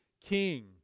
king